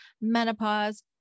menopause